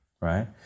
right